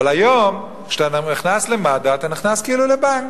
אבל היום, כשאתה נכנס למד"א, אתה נכנס כאילו לבנק.